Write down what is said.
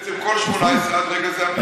בעצם כל 2018 עד רגע זה, נכון.